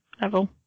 level